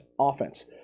offense